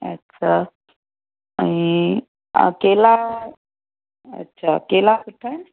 अच्छा ऐं केला अच्छा केला सुठा आहिनि